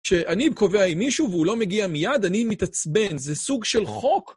כשאני קובע עם מישהו והוא לא מגיע מיד, אני מתעצבן, זה סוג של חוק?